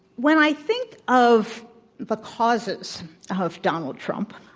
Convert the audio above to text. when i think of the causes of donald trump,